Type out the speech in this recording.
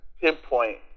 pinpoint